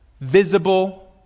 visible